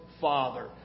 Father